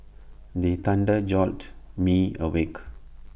the thunder jolt me awake